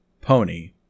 Pony